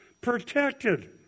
protected